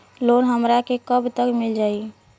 Loan हमरा के कब तक मिल जाई?